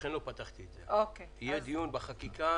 לכן לא פתחתי את זה, כי יהיה דיון לעומק בחקיקה.